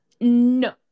no